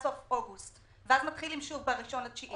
סוף אוגוסט ואז מתחילים שוב ב-1 לספטמבר,